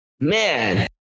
man